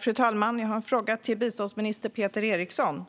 Fru talman! Jag har en fråga till biståndsminister Peter Eriksson.